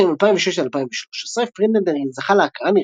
בין השנים 2006 עד 2013 פרידלנדר זכה להכרה